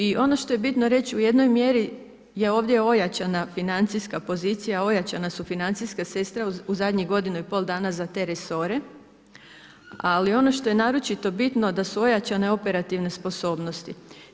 I ono što je bitno reći u jednoj mjeri je ovdje ojačanja financijaška pozicija, ojačana su financijska sredstva u zadnjih godinu i pol dana za te resore, ali ono što je naročito bitno da su ojačane operativne sposobnosti.